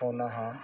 ਪਾਉਂਦਾ ਹਾਂ